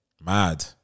mad